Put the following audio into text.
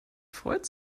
freut